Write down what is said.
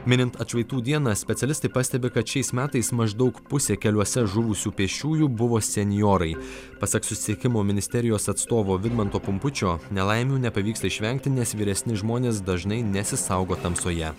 minint atšvaitų dieną specialistai pastebi kad šiais metais maždaug pusė keliuose žuvusių pėsčiųjų buvo senjorai pasak susisiekimo ministerijos atstovo vidmanto pumpučio nelaimių nepavyksta išvengti nes vyresni žmonės dažnai nesisaugo tamsoje